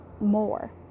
more